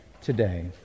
today